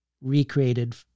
recreated